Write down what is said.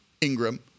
Ingram